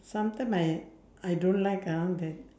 sometime I I don't like ah that